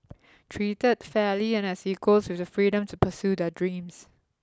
treated fairly and as equals with the freedom to pursue their dreams